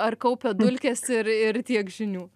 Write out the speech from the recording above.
ar kaupia dulkes ir ir tiek žinių